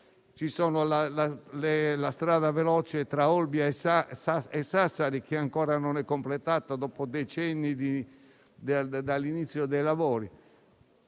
legge. La strada veloce tra Olbia e Sassari ancora non è completata, dopo decenni dall'inizio dei lavori.